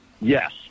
Yes